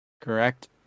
Correct